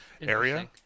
area